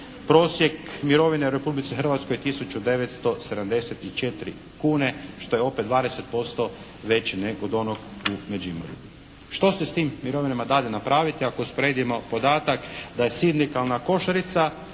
prosjek mirovine u Republici Hrvatskoj tisuću 974 kune, što je opet 20% veći nego od onog u Međimurju. Što se s tim mirovinama dade napraviti, ako usporedimo podatak da je sindikalna košarica,